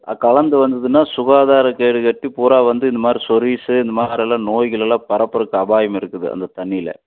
கலந்து வந்துதுனால் சுகாதாரக்கேடு கெட்டு பூராக வந்து இந்த மாதிரி சொரீஸ்ஸு இந்த மாரிலாம் நோய்கள் எல்லாம் பரப்புகிறக்கு அபாயம் இருக்குது அந்த தண்ணியில்